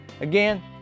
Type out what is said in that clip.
Again